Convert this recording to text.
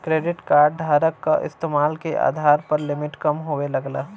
credit card धारक क इस्तेमाल के आधार पर लिमिट कम होये लगला